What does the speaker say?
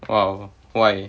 !wow! why